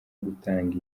gutanga